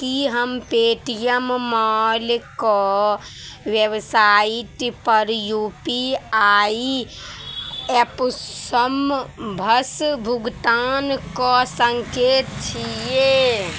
की हम पेटीएम मॉलके वेवसाइटपर यू पी आइ एप सम भस भुगतान कऽ सकैत छियै